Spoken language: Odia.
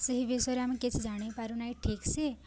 ସେହି ବିଷୟରେ ଆମେ କିଛି ଜାଣି ପାରୁନାହିଁ ଠିକ୍ସେ